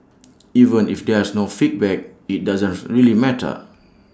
even if there's no feedback IT doesn't really matter